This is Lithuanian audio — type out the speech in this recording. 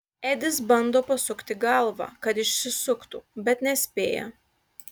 edis bando pasukti galvą kad išsisuktų bet nespėja